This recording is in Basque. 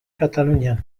katalunian